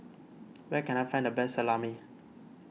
where can I find the best Salami